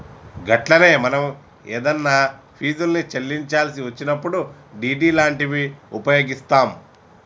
గట్లనే మనం ఏదన్నా ఫీజుల్ని చెల్లించాల్సి వచ్చినప్పుడు డి.డి లాంటివి ఉపయోగిస్తాం